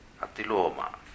Atiloma